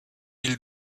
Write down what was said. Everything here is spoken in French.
île